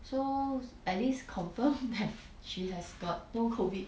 so at least confirm that she has got no COVID